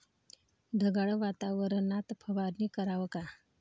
ढगाळ वातावरनात फवारनी कराव का?